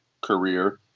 career